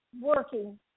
working